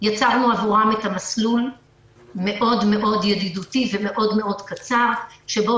יצרנו עבורם מסלול מאוד מאוד ידידותי ומאוד מאוד קצר שבו